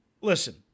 listen